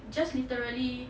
just literally